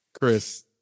Chris